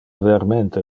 vermente